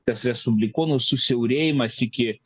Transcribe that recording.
tas respublikonų susiaurėjimas iki